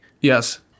Yes